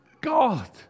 God